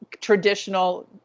traditional